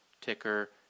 ticker